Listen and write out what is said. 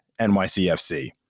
NYCFC